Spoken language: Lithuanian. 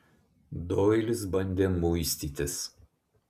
doilis bandė muistytis